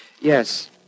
Yes